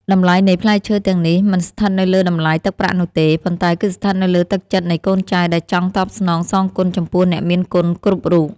តម្លៃនៃផ្លែឈើទាំងនេះមិនស្ថិតនៅលើតម្លៃទឹកប្រាក់នោះទេ ប៉ុន្តែគឺស្ថិតនៅលើទឹកចិត្តនៃកូនចៅដែលចង់តបស្នងសងគុណចំពោះអ្នកមានគុណគ្រប់រូប។